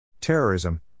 Terrorism